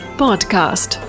podcast